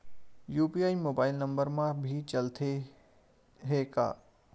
UPI mobile number मा भी चलते हे का?